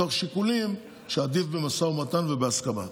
מתוך שיקולים של העדפת משא ומתן ובהסכמה.